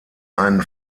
einen